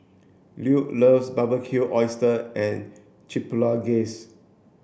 Lue loves Barbecued Oysters and Chipotle Glaze